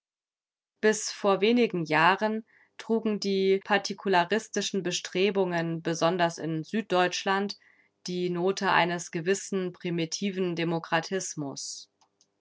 bis vor wenigen jahren trugen die partikularistischen bestrebungen besonders in süddeutschland die note eines gewissen primitiven demokratismus